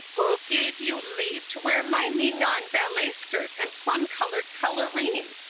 who gave you leave to wear my ninon ballet-skirt and plum-coloured pelerine?